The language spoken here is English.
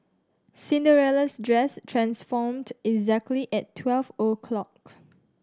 Cinderella's dress transformed exactly at twelve o' clock